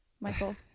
michael